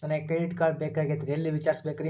ನನಗೆ credit card ಬೇಕಾಗಿತ್ರಿ ಎಲ್ಲಿ ವಿಚಾರಿಸಬೇಕ್ರಿ?